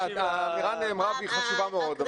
האמירה נאמרה והיא חשובה מאוד.